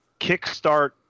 kickstart